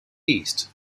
east